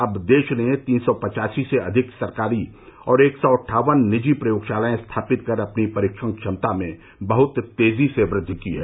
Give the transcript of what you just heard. अब देश ने तीन सौ पचासी से अधिक सरकारी और एक सौ अट्ठावन निजी प्रयोगशालाएं स्थापित कर अपनी परीक्षण क्षमता में बह्त तेजी से वृद्धि की है